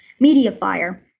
Mediafire